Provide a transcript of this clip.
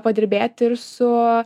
padirbėti ir su